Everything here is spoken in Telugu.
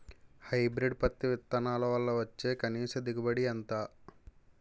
హైబ్రిడ్ పత్తి విత్తనాలు వల్ల వచ్చే కనీస దిగుబడి ఎంత?